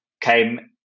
came